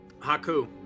Haku